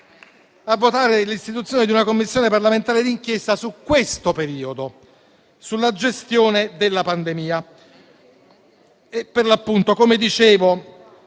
a votare l'istituzione di una Commissione parlamentare d'inchiesta su quel periodo e sulla gestione della pandemia e - come dicevo